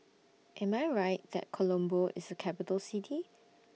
Am I Right that Colombo IS A Capital City